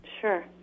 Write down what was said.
Sure